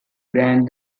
brand